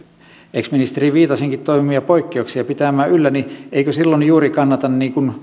ex ministeri viitasenkin toivomia poikkeuksia pitämään yllä eikö silloin juuri kannata